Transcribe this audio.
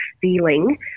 feeling